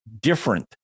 different